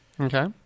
Okay